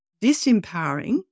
disempowering